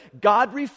god